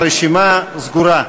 הרשימה סגורה.